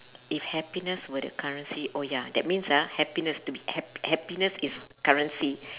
if happiness were the currency oh ya that means ah happiness to be happ~ happiness is currency